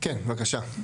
כן, בבקשה.